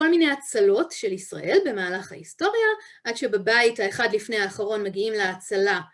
כל מיני הצלות של ישראל במהלך ההיסטוריה עד שבבית האחד לפני האחרון מגיעים להצלה.